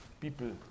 people